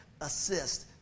assist